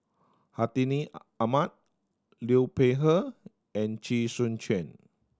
Hartinah Ahmad Liu Peihe and Chee Soon Juan